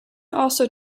also